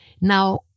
Now